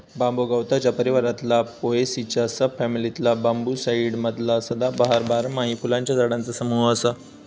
बांबू गवताच्या परिवारातला पोएसीच्या सब फॅमिलीतला बांबूसाईडी मधला सदाबहार, बारमाही फुलांच्या झाडांचा समूह असा